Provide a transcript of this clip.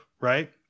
right